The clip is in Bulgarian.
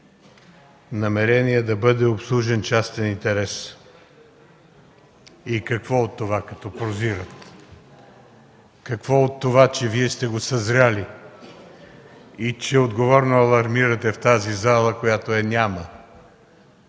намерения да бъде обслужен частен интерес. И какво от това, като прозират? Какво от това, че Вие сте го съзрели и че отговорно алармирате тази зала, която е няма?